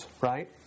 right